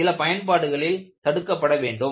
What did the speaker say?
சில பயன்பாடுகளில் தடுக்கப்பட வேண்டும்